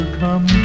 come